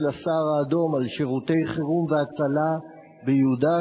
הסהר-האדום על שירותי חירום והצלה ביהודה,